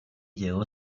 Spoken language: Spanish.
llegó